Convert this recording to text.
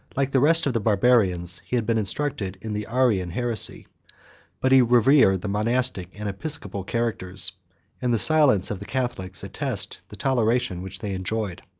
like the rest of the barbarians, he had been instructed in the arian heresy but he revered the monastic and episcopal characters and the silence of the catholics attest the toleration which they enjoyed.